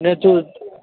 નથી હોત